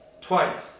twice